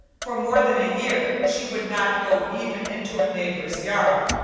for more than a year she would not go even into a neighbor's yard,